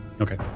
Okay